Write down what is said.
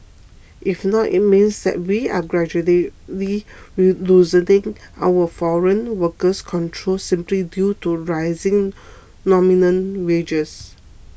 if not it means that we are gradually loosening our foreign worker controls simply due to rising nominal wages